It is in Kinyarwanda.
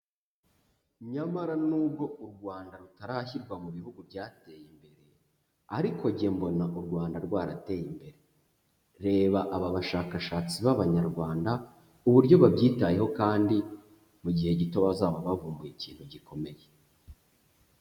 Nyamara n'ubwo u Rwanda rutarashyirwa mu bihugu byateye imbere, ariko njye mbona u Rwanda rwarateye imbere, reba aba bashakashatsi b'Abanyarwanda, uburyo babyitayeho kandi mu gihe gito bazaba bavumbuye ikintu gikomeye.